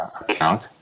account